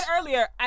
Earlier